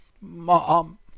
Mom